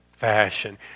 fashion